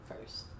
first